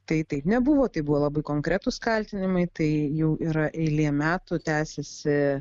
tai taip nebuvo tai buvo labai konkretūs kaltinimai tai jau yra eilė metų tęsiasi